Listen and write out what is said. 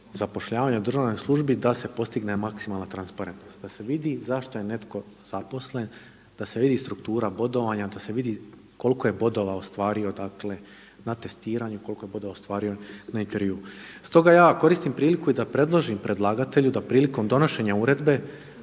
zapošljavanja u državnoj službi da se postigne maksimalna transparentnost, da se vidi zašto je netko zaposlen, da se vidi struktura bodovanja, da se vidi koliko je bodova ostvario, dakle na testiranju, koliko je bodova ostvario na intervjuu. Stoga ja koristim priliku i da predložim predlagatelju da prilikom donošenja uredbe